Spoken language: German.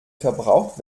verbraucht